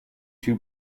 two